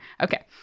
Okay